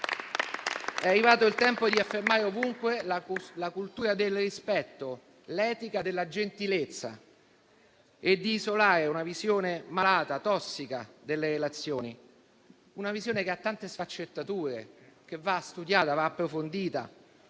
È arrivato il tempo di affermare ovunque la cultura del rispetto, l'etica della gentilezza e di isolare una visione malata e tossica delle relazioni, una visione che ha tante sfaccettature, che va studiata, approfondita